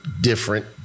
different